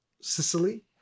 sicily